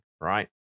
right